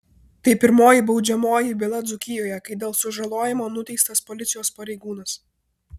tai pirmoji baudžiamoji byla dzūkijoje kai dėl sužalojimo nuteistas policijos pareigūnas